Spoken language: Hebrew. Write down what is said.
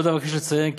עוד אבקש לציין,